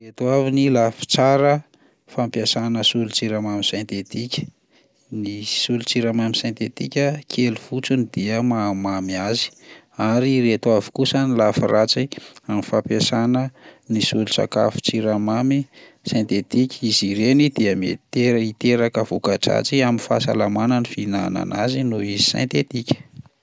Ireto avy ny lafy tsara fampiasana solon-tsiramamy sentetika: ny solon-tsiramamy sentetika kely fotsiny dia mahamamy azy; ary ireto avy kosa ny lafy ratsy amin'ny fampiasana ny solon-tsakafon-tsiramamy sentetika, izy ireny dia mety te- hiteraka voka-dratsy amin'ny fahasalamana ny fihinanana azy noho izy sentetika.